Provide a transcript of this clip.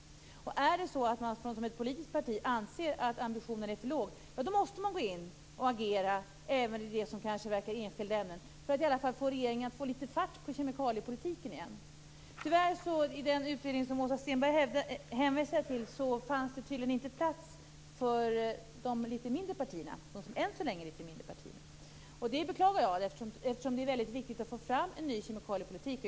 Om man som politiskt parti anser att ambitionen är för låg måste man agera även i sådant som verkar vara enskilda ämnen för att få regeringen att sätta fart på kemikaliepolitiken igen. I den utredning som Åsa Stenberg hänvisar till fanns det tydligen inte plats för de, än så länge, litet mindre partierna. Det beklagar jag, eftersom det är mycket viktigt att få fram en ny kemikaliepolitik.